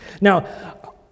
Now